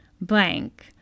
blank